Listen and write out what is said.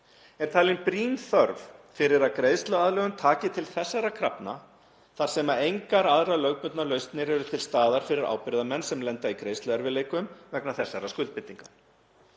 Er talin brýn þörf fyrir að greiðsluaðlögun taki til þessara krafna þar sem engar aðrar lögbundnar lausnir eru til staðar fyrir ábyrgðarmenn sem lenda í greiðsluerfiðleikum vegna þessara skuldbindinga.